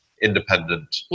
independent